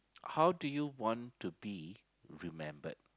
how do you want to be remembered